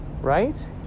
Right